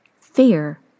Fear